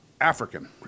African